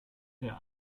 der